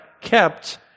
kept